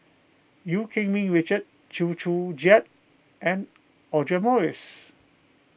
Eu Keng Mun Richard Chew Joo Chiat and Audra Morrice